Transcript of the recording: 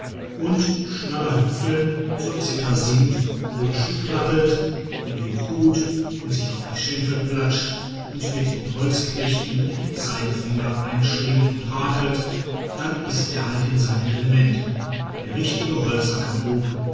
und schnadahüpfeln zur zither singt und schuhplattelt und juhut und sich auf die schenkel patscht und mit den holzknechten die zeigefinger einschlingt und hakelt dann ist er halt in seinem element der rechte